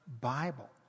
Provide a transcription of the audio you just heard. Bible